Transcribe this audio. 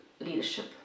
leadership